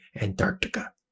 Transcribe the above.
Antarctica